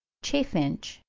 chaffinch,